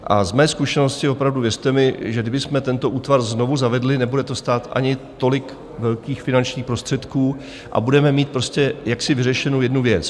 A z mé zkušenosti opravdu, věřte mi, kdybychom tento útvar znovu zavedli, nebude to stát ani tolik velkých finančních prostředků a budeme mít jaksi vyřešenu jednu věc.